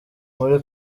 muri